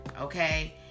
Okay